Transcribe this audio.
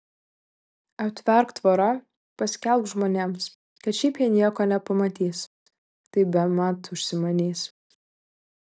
aptverk tvora paskelbk žmonėms kad šiaip jie nieko nepamatys tai bemat užsimanys